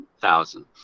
thousand